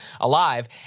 alive